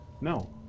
No